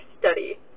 study